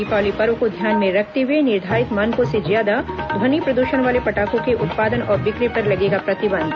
दीपावली पर्व को ध्यान में रखते हुए निर्धारित मानकों से ज्यादा ध्वनि प्रदूषण वाले पटाखों के उत्पादन और बिक्री पर लगेगा प्रतिबंध